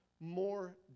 more